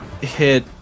hit